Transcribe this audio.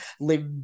live